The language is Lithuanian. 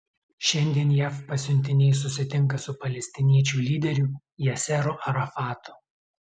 šiandien jav pasiuntiniai susitinka su palestiniečių lyderiu yasseru arafatu